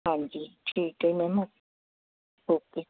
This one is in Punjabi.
ਹਾਂਜੀ ਠੀਕ ਹੈ ਮੈਮ ਓਕੇ